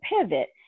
pivot